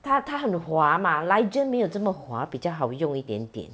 他他很滑 mah Ligent 没有这么滑比较好用一点点